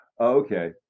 Okay